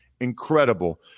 Incredible